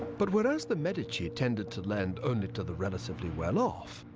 but whereas the medici tended to lend only to the relatively well off,